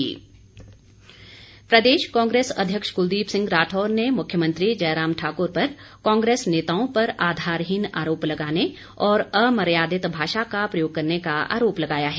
राठौर प्रदेश अध्यक्ष कुलदीप सिंह राठौर ने मुख्यमंत्री जयराम ठाकुर पर कांग्रेस नेताओं पर आधारहीन आरोप लगाने और अमर्यादित भाषा का प्रयोग करने का आरोप लगाया है